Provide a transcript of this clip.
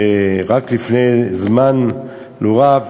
רק לפני זמן לא רב,